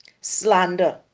slander